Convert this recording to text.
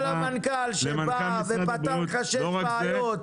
למנכ"ל שבא ופתר לך שש בעיות.